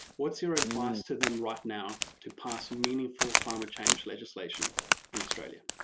what's your advice to them right now to pass meaningful climate change legislation in australia?